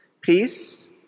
Peace